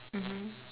mmhmm